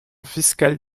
fiscale